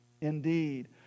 indeed